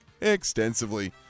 extensively